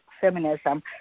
feminism